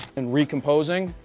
and recomposing.